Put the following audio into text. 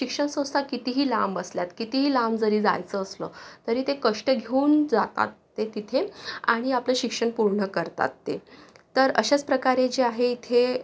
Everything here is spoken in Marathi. शिक्षण संस्था कितीही लांब असल्यात कितीही लांब जरी जायचं असलं तरी ते कष्ट घेऊन जातात ते तिथे आणि आपलं शिक्षण पूर्ण करतात ते तर अशाच प्रकारे जे आहे इथे